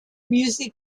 music